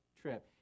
trip